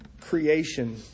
creation